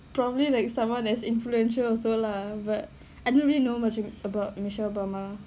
probably like someone as influential also lah but I don't really know much about michelle obama